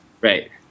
right